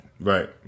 Right